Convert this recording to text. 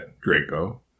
Draco